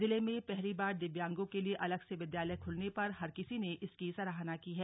जिले में पहली बार दिव्यांगों के लिए अलग से विद्यालय खुलने पर हर किसी ने इसकी सराहना की है